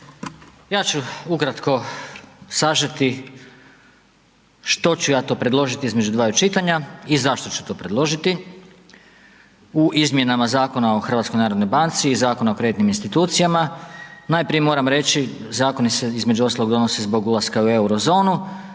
Ja ću ukratko sažeti što ću ja to predložiti između dva čitanja i zašto ću to predložiti u izmjenama Zakona o HNB-u i Zakona u kreditnim institucijama. Najprije moram reći zakoni se između ostalog donose zbog ulaska u euro zonu.